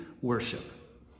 worship